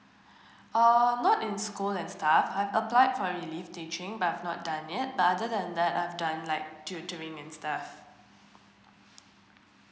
orh not in school and stuff I applied for relief teaching but I've not done but other than that I've done like tutoring and stuff